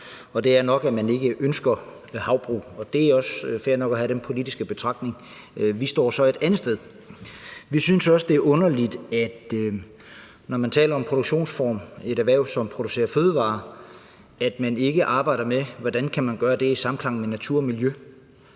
og det er nok, at man ikke ønsker havbrug. Og det er også fair nok at have den politiske betragtning. Vi står så et andet sted. Vi synes også, det er underligt, at man, når man taler om produktionsformer i et erhverv, som producerer fødevarer, ikke arbejder med, hvordan man kan gøre det i samklang med natur og miljø.